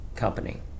Company